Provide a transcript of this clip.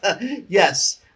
Yes